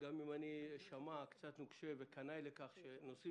גם אם אשמע קצת נוקשה וקנאי לכך שנושאים